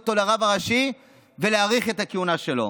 אותו לרב הראשי ולהאריך את הכהונה שלו,